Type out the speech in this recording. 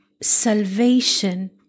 salvation